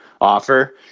offer